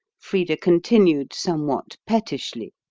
frida continued somewhat pettishly,